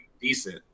decent